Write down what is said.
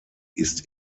ist